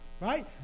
Right